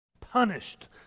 Punished